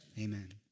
amen